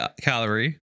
calorie